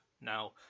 Now